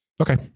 okay